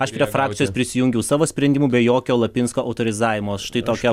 aš prie frakcijos prisijungiau savo sprendimu be jokio lapinsko autorizavimo štai tokia